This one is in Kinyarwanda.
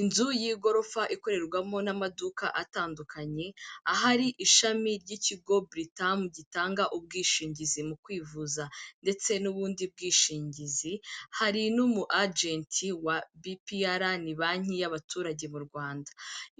Inzu y'igorofa ikorerwamo n'amaduka atandukanye, ahari ishami ry'ikigo buritamu gitanga ubwishingizi mu kwivuza ndetse n'ubundi bwishingizi. Hari n'umuajenti wa BPR,ni banki y'abaturage mu Rwanda.